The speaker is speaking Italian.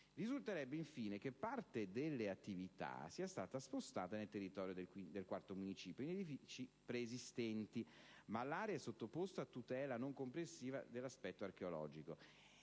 Risulterebbe, infine, che parte delle attività sia stata spostata nel territorio del Municipio IV in edifici preesistenti, ma l'area è sottoposta a tutela non comprensiva dell'aspetto archeologico.